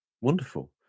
Wonderful